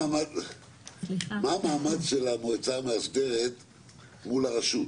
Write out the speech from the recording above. מה המעמד של המועצה המאסדרת מול הרשות,